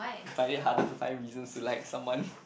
you find it harder to find reasons to like someone